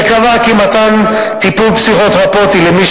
אשר קבעה כי מתן טיפול פסיכותרפויטי למי